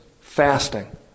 fasting